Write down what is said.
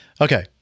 Okay